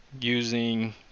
using